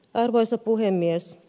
arvoisa puhemies